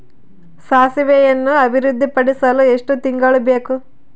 ಸಾಸಿವೆಯನ್ನು ಅಭಿವೃದ್ಧಿಪಡಿಸಲು ಎಷ್ಟು ತಿಂಗಳು ಬೇಕು?